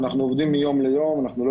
אנחנו עובדים מיום ליום אנחנו לא